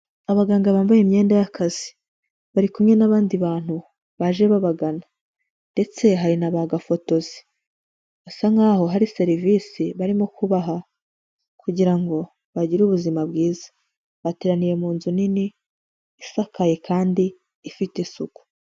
Abaganga bambaye imyenda y'akazi. Bari kumwe n'abandi bantu baje babagana ndetse hari na ba gafotozi. Basa nkaho hari serivisi barimo kubaha kugira ngo bagire ubuzima bwiza. Bateraniye mu nzu nini isakaye kandi ifite isuku.